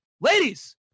Ladies